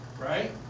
Right